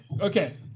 Okay